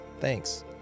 Thanks